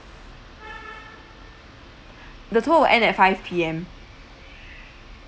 the tour will end at five P_M